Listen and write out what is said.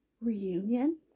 reunion